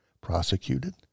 prosecuted